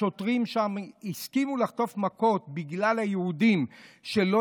השוטרים שם הסכימו לחטוף מכות בגלל היהודים שלא